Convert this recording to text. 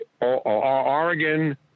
Oregon